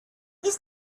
his